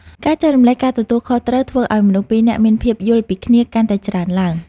ការចែករំលែកការទទួលខុសត្រូវធ្វើឱ្យមនុស្សពីរនាក់មានភាពយល់ពីគ្នាកាន់តែច្រើនឡើង។